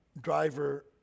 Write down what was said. Driver